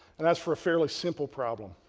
and that's for a fairly simple problem.